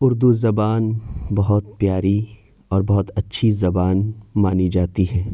اردو زبان بہت پیاری اور بہت اچھی زبان مانی جاتی ہے